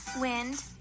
wind